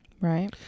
Right